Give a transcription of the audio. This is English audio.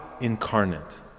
incarnate